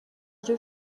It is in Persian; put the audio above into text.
جور